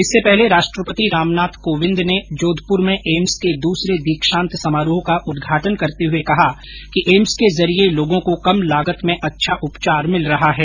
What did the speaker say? इससे पहले राष्ट्रपति रामनाथ कोविंद ने जोधपुर मे एम्स के दूसरे दीक्षांत समारोह का उद्घाटन करते हए कहा कि एम्स के जरिये लोगों को कम लागत मे अच्छा उपचार मिल रहा है